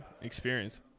experience